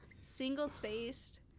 single-spaced